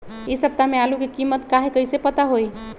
इ सप्ताह में आलू के कीमत का है कईसे पता होई?